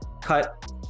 cut